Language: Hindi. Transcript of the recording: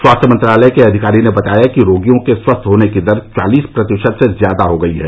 स्वास्थ्य मंत्रालय के अधिकारी ने बताया कि रोगियों के स्वस्थ होने की दर चालीस प्रतिशत से ज्यादा हो गई है